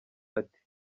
ati